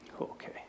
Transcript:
Okay